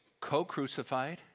co-crucified